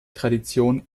tradition